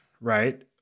Right